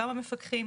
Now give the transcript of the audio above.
כמה מפקחים.